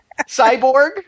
Cyborg